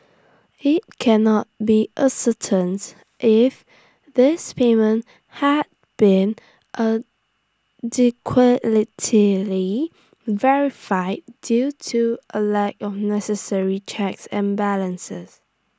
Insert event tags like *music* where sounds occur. IT can not be ascertained if these payments had been *unintelligible* verified due to A lack of necessary checks and balances